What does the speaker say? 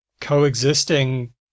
coexisting